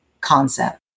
concept